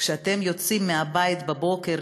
כשאתם יוצאים מהבית בבוקר,